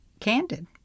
candid